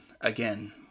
again